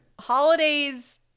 holidays